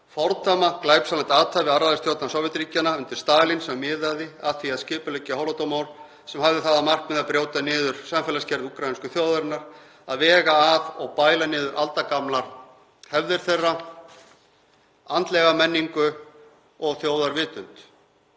fordæma glæpsamlegt athæfi alræðisstjórnar Sovétríkjanna undir Stalín sem miðaði að því að skipuleggja Holodomor sem hafði það að markmiði að brjóta niður samfélagsgerð úkraínsku þjóðarinnar, að vega að og bæla niður aldagamlar hefðir þeirra, andlega menningu og þjóðarvitund,